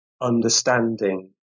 understanding